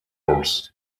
levels